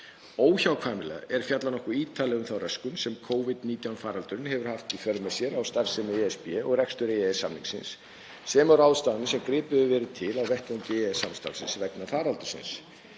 Óhjákvæmilega er fjallað nokkuð ítarlega um þá röskun sem Covid-19 faraldurinn hefur haft í för með sér á starfsemi ESB og rekstur EES-samningsins sem og ráðstafanir sem gripið hefur verið til á vettvangi EES-samstarfsins vegna faraldursins.